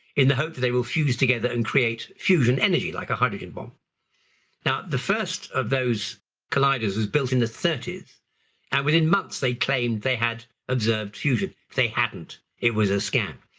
in the hope they will fuse together and create fusion energy, like a hydrogen bomb now. the first of those colliders was built in the thirty s and within months they claimed they had observed fusion. they hadn't, it was a scam.